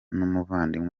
n’umuvandimwe